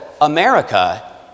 America